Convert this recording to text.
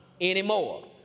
anymore